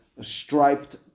striped